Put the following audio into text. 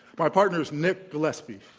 my partner is nick gillespie.